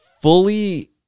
fully